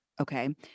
Okay